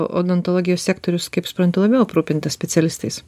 odontologijos sektorius kaip suprantu labiau aprūpinta specialistais